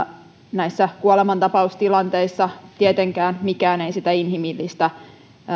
näissä kuolemantapaustilanteissa tietenkään mikään ei sitä inhimillistä